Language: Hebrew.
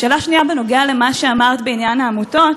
שאלה שנייה, בנוגע למה שאמרת בעניין העמותות,